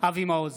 אבי מעוז,